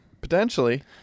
potentially